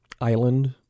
Island